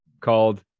called